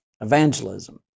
evangelism